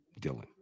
Dylan